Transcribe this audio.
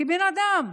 כבן אדם,